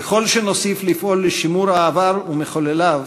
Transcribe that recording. ככל שנוסיף לפעול לשימור העבר ומחולליו,